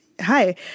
Hi